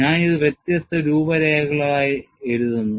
ഞാൻ ഇത് വ്യത്യസ്ത രൂപരേഖകളായി എഴുതുന്നു